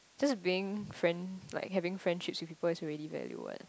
just being friend like having friendships with people is already value what